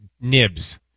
nibs